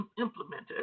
implemented